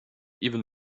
even